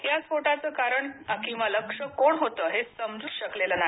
या स्फोटाचं कारण किंवा लक्ष्य कोण होतं ते समजू शकलं नाही